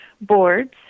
boards